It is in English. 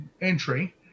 entry